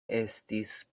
estis